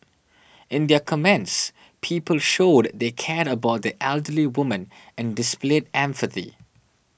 in their comments people showed they cared about the elderly woman and displayed empathy